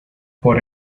por